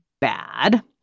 bad